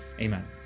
Amen